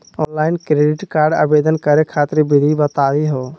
Online credit card आवेदन करे खातिर विधि बताही हो?